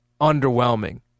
underwhelming